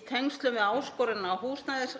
í tengslum við áskoranir á húsnæðis-